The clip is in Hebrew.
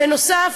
בנוסף,